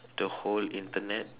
the whole Internet